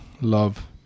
love